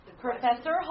Professor